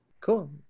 Cool